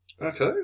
Okay